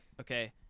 okay